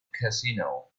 casino